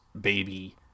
baby